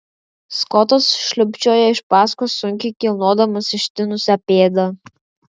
skotas šlubčioja iš paskos sunkiai kilnodamas ištinusią pėdą